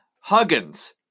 Huggins